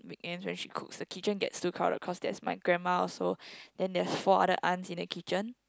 weekend when she cook the kitchen get crowded cause there's my grandma also then there's four other aunts in the kitchen